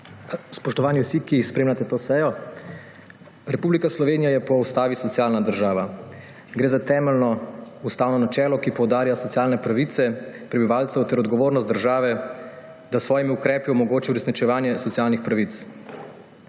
Spoštovani vsi, ki spremljate to sejo! Republika Slovenija je po ustavi socialna država. Gre za temeljno ustavno načelo, ki poudarja socialne pravice prebivalcev ter odgovornost države, da s svojimi ukrepi omogoči uresničevanje socialnih pravic.